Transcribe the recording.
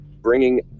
bringing